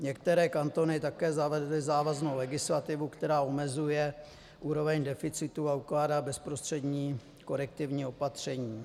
Některé kantony také zavedly závaznou legislativu, která omezuje úroveň deficitu a ukládá bezprostřední korektivní opatření.